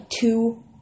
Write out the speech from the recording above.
two-